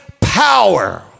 power